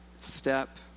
step